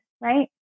right